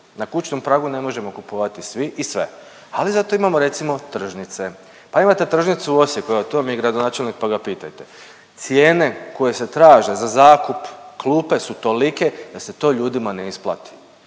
Na kućnom pragu ne možemo kupovati svi i sve, ali zato imamo recimo tržnice. Pa imate tržnicu u Osijeku, evo tu vam je gradonačelnik pa ga pitajte. Cijene koje se traže za zakup klupe su tolike, da se to ljudima na isplati.